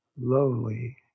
lowly